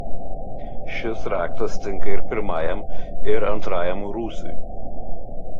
šis raktas tinka ir pirmajam ir antrajam rūsiui